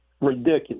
ridiculous